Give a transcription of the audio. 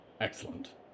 excellent